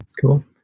cool